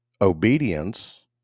obedience